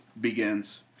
begins